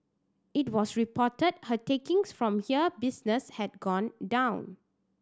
it was reported her takings from here business had gone down